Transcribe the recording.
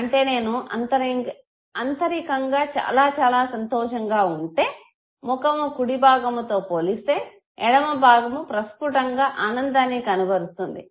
అంటే నేను అంతరికంగా చాలా చాలా సంతోషంగా ఉంటే నా ముఖము కుడి భాగము తో పోలిస్తే ఎడమ భాగము ప్రస్ఫుటంగా ఆనందాన్ని కనబరుస్తుంది